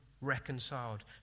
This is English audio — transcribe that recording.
reconciled